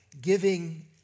giving